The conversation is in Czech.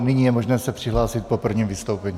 Nyní je možné se přihlásit po prvním vystoupení.